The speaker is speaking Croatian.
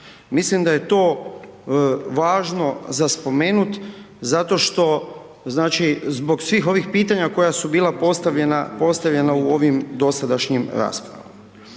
Mislim da je to važno za spomenuti zato što znači zbog svih ovih pitanja koja su bila postavljena u ovim dosadašnjim raspravama.